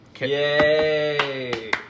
Yay